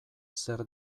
zer